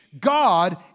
God